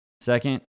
Second